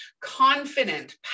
confident